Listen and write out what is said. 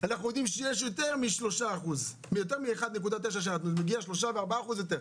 אנחנו יודעים שיש יותר מ-1.9%, מגיע 3% ו-4% יותר,